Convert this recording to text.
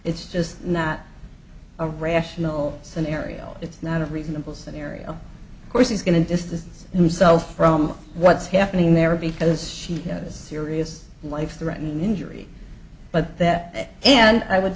it's just not a rational scenario it's not a reasonable scenario of course he's going to distance himself from what's happening there because she had a serious life threatening injury but that and i would